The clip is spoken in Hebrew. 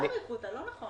לא האריכו אותה, לא נכון.